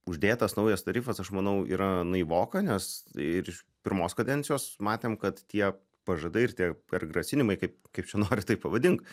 uždėtas naujas tarifas aš manau yra naivoka nes ir iš pirmos kadencijos matėm kad tie pažadai ir tie ar grasinimai kaip kaip čia nori taip pavadink